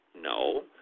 No